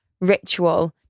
ritual